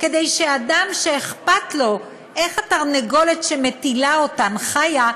כדי שאדם שאכפת לו איך התרנגולת שמטילה אותן חיה,